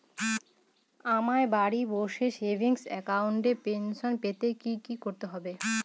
আমায় বাড়ি বসে সেভিংস অ্যাকাউন্টে পেনশন পেতে কি কি করতে হবে?